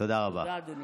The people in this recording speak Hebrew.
תודה, אדוני.